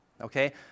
Okay